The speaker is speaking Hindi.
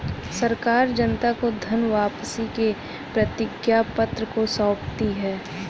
सरकार जनता को धन वापसी के प्रतिज्ञापत्र को सौंपती है